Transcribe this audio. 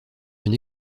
une